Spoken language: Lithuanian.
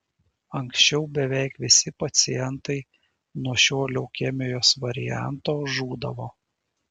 anksčiau beveik visi pacientai nuo šio leukemijos varianto žūdavo